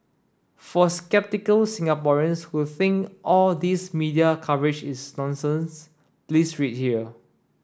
for sceptical Singaporeans who think all these media coverage is nonsense please read here